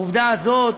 העובדה הזאת